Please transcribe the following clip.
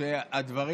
שהדברים